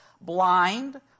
blind